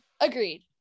Agreed